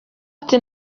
ati